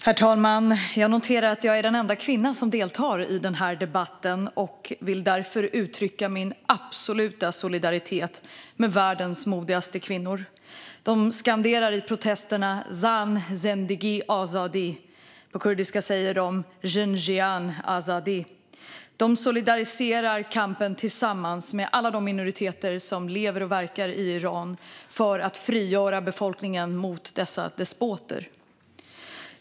Herr talman! Jag noterar att jag är den enda kvinna som deltar i den här debatten. Jag vill därför uttrycka min absoluta solidaritet med världens modigaste kvinnor. De skanderar i protesterna "zan, zendegi, azadi! ", och på kurdiska säger de "jin, jiyan, azadî!" De kämpar solidariskt tillsammans med alla de minoriteter som lever och verkar i Iran för att frigöra befolkningen från dessa despoter.